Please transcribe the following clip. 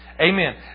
Amen